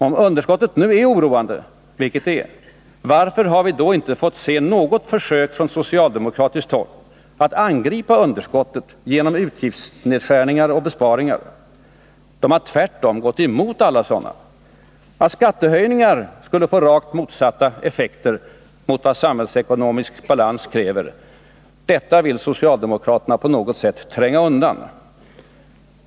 Om underskottet nu är oroande, vilket det är, varför har vi då inte fått se något enda försök från socialdemokratiskt håll att angripa underskottet genom utgiftsnedskärningar och besparingar? Socialdemokraterna har tvärtom gått emot alla sådana förslag till åtgärder. Att skattehöjningar skulle få rakt motsatta effekter mot vad samhällsekonomisk balans kräver, det vill socialdemokraterna på något sätt tränga undan.